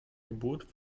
geburt